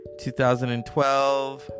2012